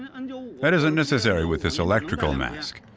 ah and that isn't necessary with this electrical mask.